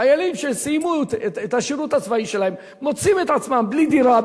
חיילים שסיימו את השירות הצבאי שלהם מוצאים את עצמם בלי דירה,